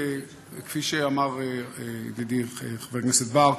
כפי שאמר ידידי חבר הכנסת בר,